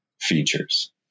features